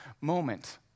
moment